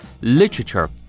Literature